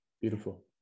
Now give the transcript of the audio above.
beautiful